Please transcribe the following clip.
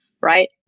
right